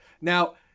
Now